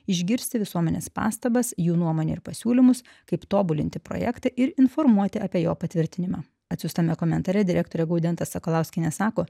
išgirsti visuomenės pastabas jų nuomonę ir pasiūlymus kaip tobulinti projektą ir informuoti apie jo patvirtinimą atsiųstame komentare direktorė gaudenta sakalauskienė sako